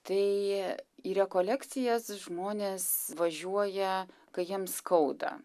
tai į rekolekcijas žmonės važiuoja kai jiems skauda